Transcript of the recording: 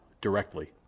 directly